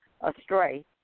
astray